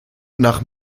nach